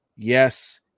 yes